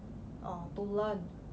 err to learn